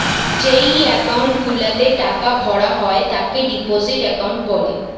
যেই একাউন্ট গুলাতে টাকা ভরা হয় তাকে ডিপোজিট একাউন্ট বলে